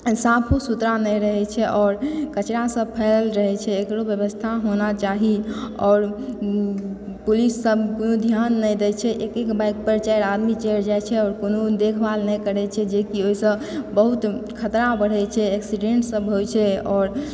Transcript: साफो सुथड़ा नहि रहए छै आओर कचरा सब फैलल रहए छै एकरो व्यवस्था होना चाही आओर पुलिस सब कोनो ध्यान नहि दए छै एक एक बाइक पर चारि आदमी चढ़ि जाए छै आओर कोनो देखभाल नहि करए छै जेकि ओहिसँ बहुत खतरा बढ़ए छै एक्सिडेंट सब होइत छै आओर